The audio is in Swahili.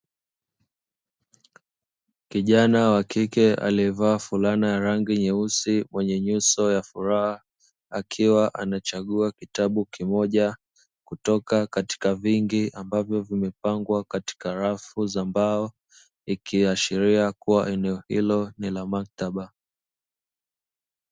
Kijana wa kike aliyevaa fulana ya rangi nyeusi mwenye nyuso ya furaha akiwa anachagua kitabu kimoja kutoka katika vingi ambavyo vimepangwa katika rafu za mbao ikiashiria kuwa eneo hilo ni la maktaba.